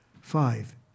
Five